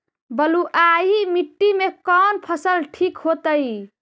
बलुआही मिट्टी में कौन फसल ठिक होतइ?